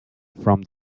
from